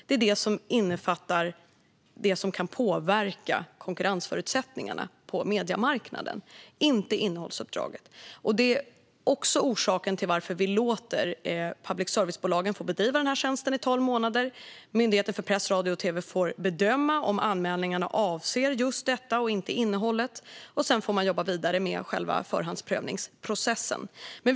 Det är detta som innefattar det som kan påverka konkurrensförutsättningarna på mediemarknaden, inte innehållsuppdraget. Detta är också orsaken till att vi låter public service-bolagen få bedriva tjänsten under tolv månader. Myndigheten för press, radio och tv får då bedöma om anmälningarna avser just detta och inte innehållet. Sedan får man jobba vidare med själva förhandsprövningsprocessen.